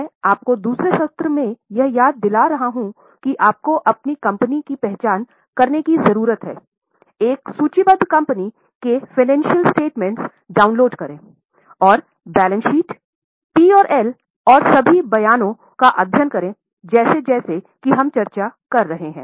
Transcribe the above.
मैं आपको दूसरे सत्र से यह याद दिला रहा हूं कि आपको अपनी कंपनी की पहचान करने की जरूरत है एक सूचीबद्ध कंपनी के वित्तीय विवरण डाउनलोड करें और बैलेंस शीट पी और एल और सभी बयानों का अध्ययन करें जैसजैंसें कि हम चर्चा कर रहे हैं